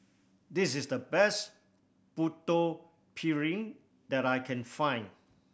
this is the best Putu Piring that I can find